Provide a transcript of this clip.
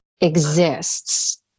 exists